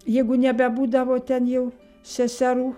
jeigu nebebūdavo ten jau seserų